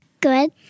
Good